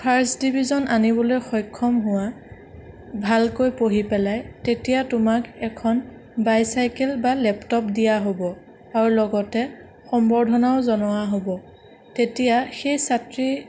first division আনিবলৈ সক্ষম হোৱা ভালকৈ পঢ়ি পেলাই তেতিয়া তোমাক এখন বাইচাইকেল বা লেপটপ দিয়া হ'ব আৰু লগতে সম্বৰ্ধনাও জনোৱা হ'ব তেতিয়া সেই ছাত্ৰী